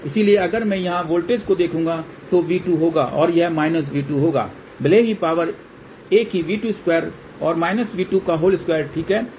इसलिए अगर मैं यहां वोल्टेज को देखूंगा तो यह V2 होगा और यह V2 होगा भले ही पावर एक ही V22 और 2 ठीक है